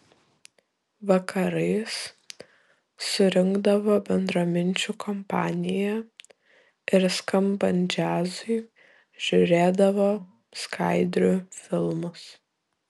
vakarais surinkdavo bendraminčių kompaniją ir skambant džiazui žiūrėdavo skaidrių filmus